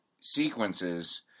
sequences